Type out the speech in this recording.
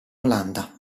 olanda